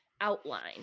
outline